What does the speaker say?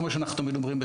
כמו שאנחנו תמיד אומרים,